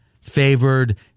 favored